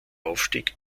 aufstieg